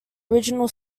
original